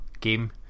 game